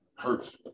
Hurts